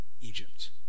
Egypt